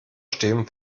stehen